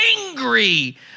angry